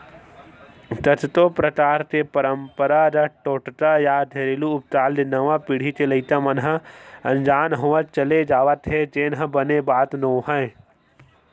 कतको परकार के पंरपरागत टोटका या घेरलू उपचार ले नवा पीढ़ी के लइका मन ह अनजान होवत चले जावत हे जेन ह बने बात नोहय